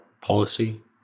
policy